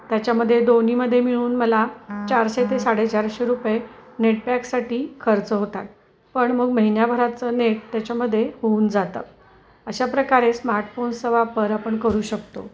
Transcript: त्याच्यामध्ये दोन्हीमध्ये मिळून मला चारशे ते साडेचारशे रुपये नेटपॅकसाठी खर्च होतात पण मग महिन्याभराचं नेट त्याच्यामध्ये होऊन जातं अशा प्रकारे स्मार्टफोन्सचा वापर आपण करू शकतो